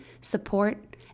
support